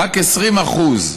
רק 20%,